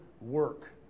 work